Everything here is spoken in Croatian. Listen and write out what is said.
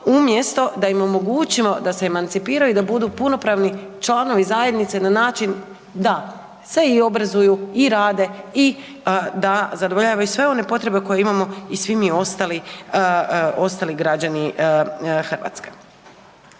umjesto da im omogućimo da se emancipiraju i da budu punopravni članovi zajednice na način da se i obrazuju i rade i da zadovoljavaju sve one potrebe koje imamo i svi mi ostali građani Hrvatske.